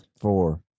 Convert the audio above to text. Four